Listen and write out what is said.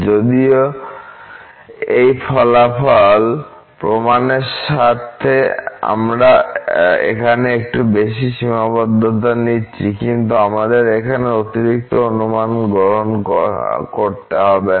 যদিও এই ফলাফল প্রমাণের স্বার্থে আমরা এখানে একটু বেশি সীমাবদ্ধতা নিচ্ছি কিন্তু আমাদের এখানে অতিরিক্ত অনুমান গ্রহণ করতে হবে না